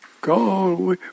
go